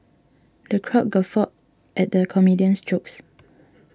the crowd guffawed at the comedian's jokes